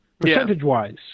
Percentage-wise